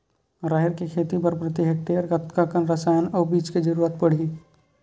राहेर के खेती बर प्रति हेक्टेयर कतका कन रसायन अउ बीज के जरूरत पड़ही?